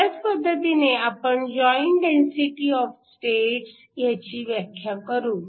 ह्याच पद्धतीने आपण जॉईंट डेन्सिटी ऑफ स्टेट्स ह्याची व्याख्या करू